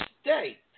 state